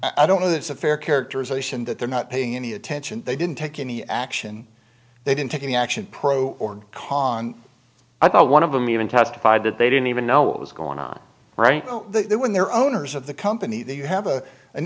i don't know that's a fair characterization that they're not paying any attention they didn't take any action they didn't take any action pro or con i thought one of them even testified that they didn't even know what was going on right there when their owners of the company that you have a an